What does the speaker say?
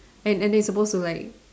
and and it's supposed to like